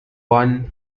one